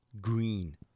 green